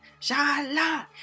Shala